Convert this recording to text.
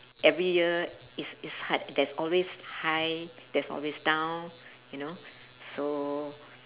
every year is is hard there's always high there's always down you know so